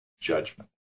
judgment